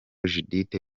judithe